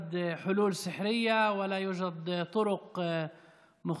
אין פתרונות קסם ואין קיצורי דרך.